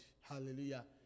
Hallelujah